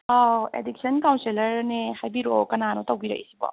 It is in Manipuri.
ꯑꯥꯎ ꯑꯦꯗꯤꯛꯁꯟ ꯀꯥꯎꯟꯁꯦꯜꯂꯔꯅꯦ ꯍꯥꯏꯕꯤꯔꯛꯑꯣ ꯀꯅꯥꯅꯣ ꯇꯧꯕꯤꯔꯛꯂꯤꯁꯤꯕꯣ